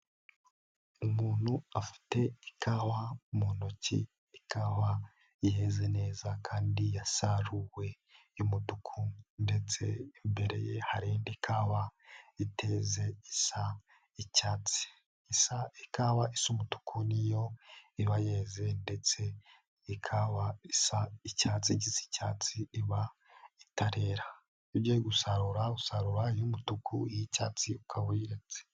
Umuntu afite ikawa mu ntoki, ikawa yeze neza kandi yasaruwe ndetse imbere ye hari indi kawa iteze y'icyatsi, ikawasa y'umutuku niyo iba yeze ndetse ikawa y'icyatsi iba itaragera igihe cyo gusarurwa. Iyo ugiye gusarurura, usarura iyo umutuku, iy'icyatsi ukaba uyiretse.